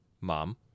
mom